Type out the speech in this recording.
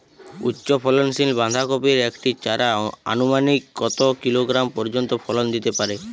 উচ্চ ফলনশীল বাঁধাকপির একটি চারা আনুমানিক কত কিলোগ্রাম পর্যন্ত ফলন দিতে পারে?